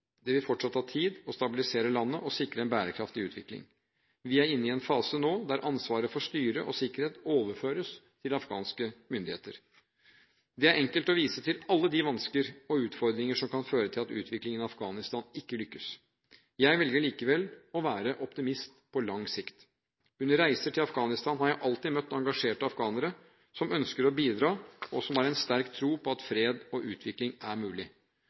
Det vil fortsatt ta tid å stabilisere landet og sikre en bærekraftig utvikling. Vi er inne i en fase nå der ansvaret for styre og sikkerhet overføres til afghanske myndigheter. Det er enkelt å vise til alle de vansker og utfordringer som kan føre til at utviklingen av Afghanistan ikke lykkes. Jeg velger likevel å være optimist – på lang sikt. Under reiser til Afghanistan har jeg alltid møtt engasjerte afghanere, som ønsker å bidra, og som har sterk tro på at fred og utvikling er mulig.